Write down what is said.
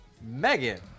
Megan